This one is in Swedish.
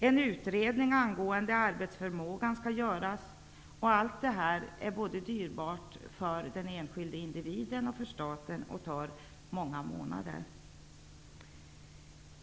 En utredning angående arbetsförmågan skall göras, och allt detta är dyrbart både för den enskilde individen och för staten och tar många månader.